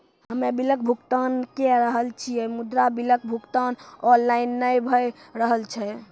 हम्मे बिलक भुगतान के रहल छी मुदा, बिलक भुगतान ऑनलाइन नै भऽ रहल छै?